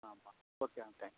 ಹಾಂ ಬರ್ತೀವಿ ಅಣ್ಣ ತ್ಯಾಂಕ್